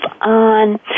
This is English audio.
on